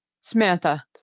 Samantha